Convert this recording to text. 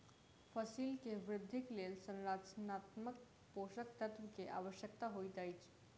फसिल के वृद्धिक लेल संरचनात्मक पोषक तत्व के आवश्यकता होइत अछि